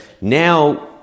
now